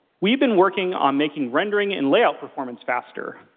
we've been working on making rendering and layout performance, faster.